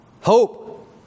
hope